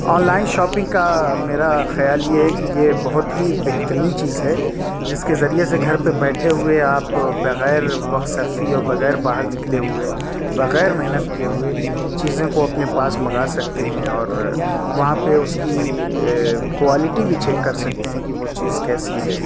on line shopping کا میرا خیال یہ ہے کہ یہ بہت ہی بہترین چیز ہے جس کے ذریعے سے گھر پہ بیٹھے ہوئے آپ بغیر وقت صرفی اور بغیر باہر نکلے ہوئے بغیر محنت کیے ہوئے چیزوں کو اپنے پاس منگا سکتے ہیں اور وہاں پہ اس کی کوالٹی بھی چیک کر سکتے ہیں کہ وہ چیز کیسی ہے